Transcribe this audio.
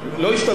לא היה.